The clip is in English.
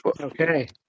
Okay